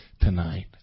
tonight